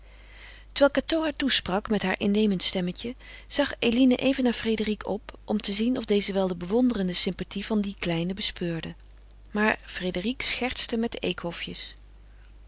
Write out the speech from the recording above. terwijl cateau haar toesprak met haar innemend stemmetje zag eline even naar frédérique op om te zien of deze wel de bewonderende sympathie van die kleine bespeurde maar frédérique schertste met de